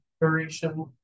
duration